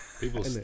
people